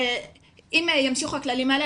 אם ימשיכו הכללים האלה,